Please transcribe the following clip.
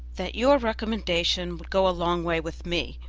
that your recommendation would go a long way with me,